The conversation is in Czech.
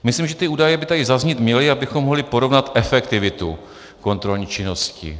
Myslím, že ty údaje by tady zaznít měly, abychom mohli porovnat efektivitu kontrolní činnosti.